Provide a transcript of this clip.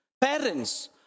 parents